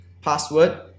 password